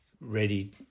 ready